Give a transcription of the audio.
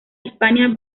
hispania